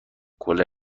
گلر